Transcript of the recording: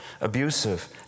abusive